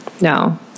No